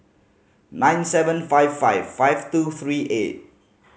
nine seven five five five two three eight